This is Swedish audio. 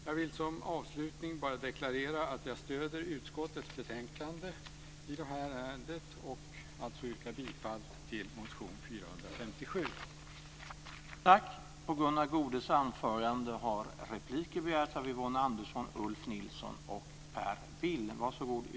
Jag vill som avslutning bara deklarera att jag stöder förslaget i utskottets betänkande i det här ärendet och alltså yrkar bifall till motion 457.